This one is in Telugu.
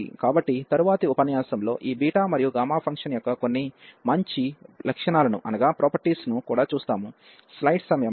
కాబట్టి తరువాతి ఉపన్యాసంలో ఈ బీటా మరియు గామా ఫంక్షన్ యొక్క కొన్ని మంచి లక్షణాలను కూడా చూస్తాము